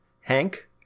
Hank